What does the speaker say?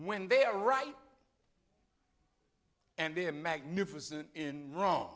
when they are right and they're magnificent in wrong